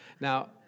Now